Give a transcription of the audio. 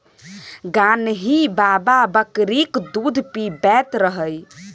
गान्ही बाबा बकरीक दूध पीबैत रहय